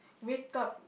wake up